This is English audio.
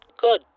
Good